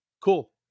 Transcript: Cool